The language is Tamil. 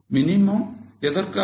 மினிமம் எதற்காக